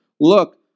Look